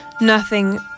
nothing